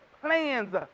plans